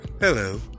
Hello